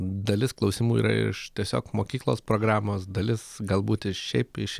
dalis klausimų yra iš tiesiog mokyklos programos dalis galbūt iš šiaip iš